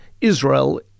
Israel